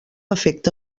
efecte